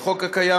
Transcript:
ובחוק הקיים,